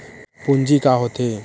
पूंजी का होथे?